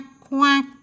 quack